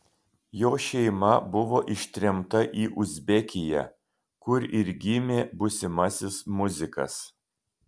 jo šeima buvo ištremta į uzbekiją kur ir gimė būsimasis muzikas